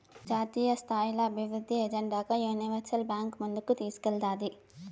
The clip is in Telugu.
జాతీయస్థాయిల అభివృద్ధి ఎజెండాగా యూనివర్సల్ బాంక్ ముందుకు తీస్కేల్తాది